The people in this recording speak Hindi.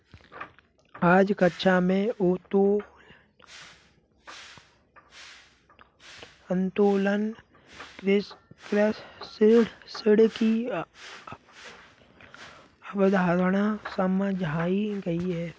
आज कक्षा में उत्तोलन ऋण की अवधारणा समझाई गई